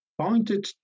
pointed